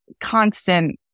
constant